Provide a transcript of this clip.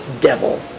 devil